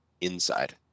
inside